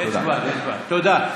יש כבר, יש כבר, תודה.